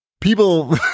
People